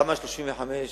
תמ"א 35,